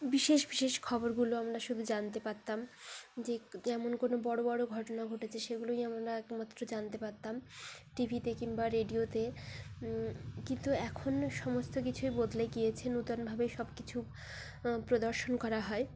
বিশেষ বিশেষ খবরগুলো আমরা শুধু জানতে পারতাম যে যেমন কোনো বড় বড় ঘটনা ঘটেছে সেগুলোই আমরা একমাত্র জানতে পারতাম টি ভিতে কিংবা রেডিওতে কিন্তু এখন না সমস্ত কিছুই বদলে গিয়েছে নতুনভাবেই সব কিছু প্রদর্শন করা হয়